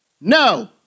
No